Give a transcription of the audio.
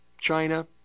China